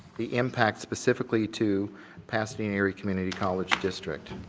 the impacts specifically to pasadena area community college district.